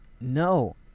no